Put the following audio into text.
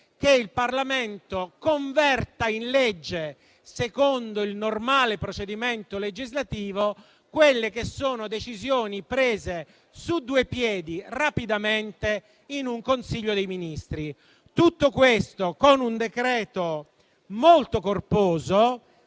che il Parlamento converta in legge, secondo il normale procedimento legislativo, quelle che sono decisioni prese su due piedi, rapidamente, in un Consiglio dei ministri. Tutto questo avviene con un decreto-legge molto corposo